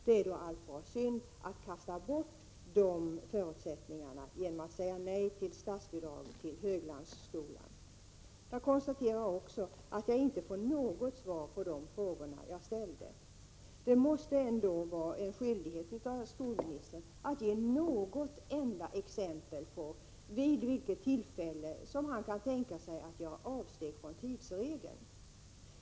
Det är allt bra synd att kasta bort de förutsättningarna genom att säga nej till statsbidrag till Höglandsskolan. Jag konstaterar också att jag inte fått något svar på de frågor jag ställde. Det måste ändå vara en skyldighet för skolministern att ge något enda exempel på vid vilket tillfälle han kan tänka sig att göra avsteg från tidsregeln.